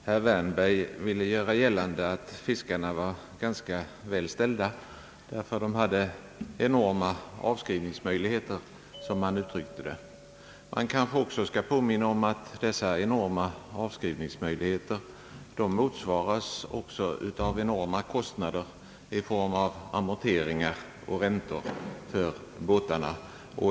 Herr talman! Herr Wärnberg vill göra gällande att fiskarna är ganska väl ställda, eftersom de hade enorma avskrivningsmöjligheter, som han uttryckte det. Man kanske också bör påpeka att dessa »enorma» avskrivningsmöjligheter motsvaras av enorma kostnader i form av amorteringar och räntor för båtarna.